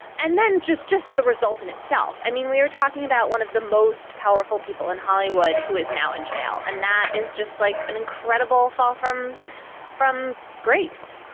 and then just just the result in itself. i mean, we're talking about one of the most powerful people in hollywood who is now in jail. and that is just like an incredible fall from from grace